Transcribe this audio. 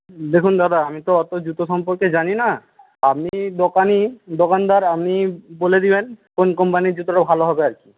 দেখুন দাদা আমি তো অত জুতো সম্পর্কে জানি না আপনি দোকানি দোকানদার আপনি বলে দেবেন কোন কোম্পানির জুতোটা ভালো হবে আরকি